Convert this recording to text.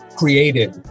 created